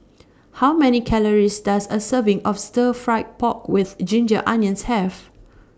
How Many Calories Does A Serving of Stir Fry Pork with Ginger Onions Have